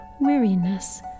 weariness